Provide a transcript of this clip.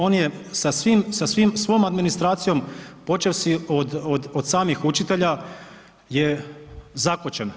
On je sa svom administracijom počevši od samih učitelja je zakočen.